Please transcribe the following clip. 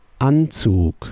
Anzug